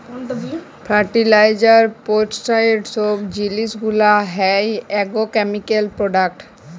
fertiliser, pesticide সব জিলিস গুলা হ্যয় আগ্রকেমিকাল প্রোডাক্ট